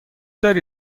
داری